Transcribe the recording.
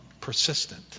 persistent